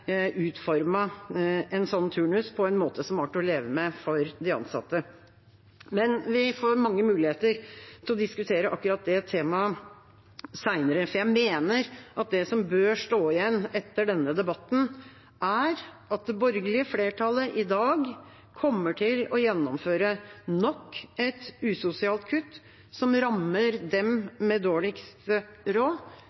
en slik turnus på en måte som var til å leve med for de ansatte. Men vi får mange muligheter til å diskutere akkurat det temaet senere. Jeg mener at det som bør stå igjen etter denne debatten, er at det borgerlige flertallet i dag kommer til å gjennomføre nok et usosialt kutt som rammer dem